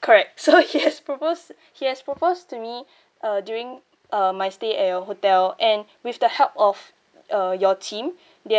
correct so he has proposed he has proposed to me uh during uh my stay at your hotel and with the help of uh your team they have